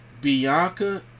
Bianca